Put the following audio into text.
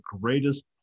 greatest